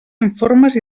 informes